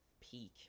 peak